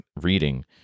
reading